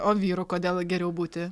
o vyru kodėl geriau būti